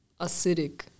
acidic